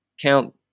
count